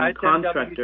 contractor